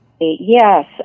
Yes